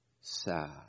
sad